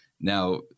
Now